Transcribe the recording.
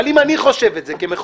אבל אם אני חושב את זה כמחוקק,